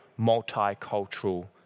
multicultural